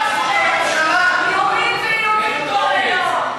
איומים ואיומים כל היום.